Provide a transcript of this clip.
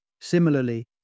Similarly